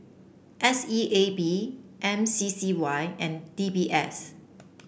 S E A B M C C Y and D B S